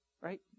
Right